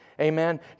Amen